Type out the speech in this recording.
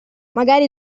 magari